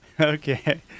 Okay